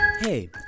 Hey